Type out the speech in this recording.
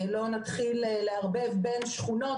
לא נתחיל לערבב בין שכונות,